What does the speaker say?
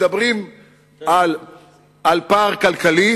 על פער כלכלי